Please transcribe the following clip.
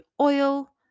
oil